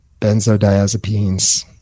Benzodiazepines